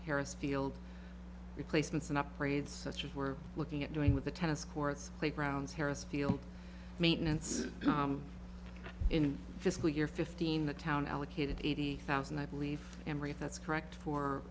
harris field replacements and upgrades such as we're looking at doing with the tennis courts playgrounds harris field maintenance in fiscal year fifteen the town allocated eighty thousand i believe emery that's correct for